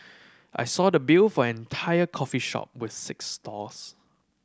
I saw the bill for an entire coffee shop with six stalls